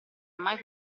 mai